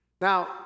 Now